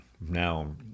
Now